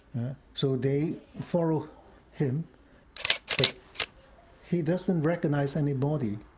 so they followed him but he doesn't recognise anybody.